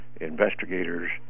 investigators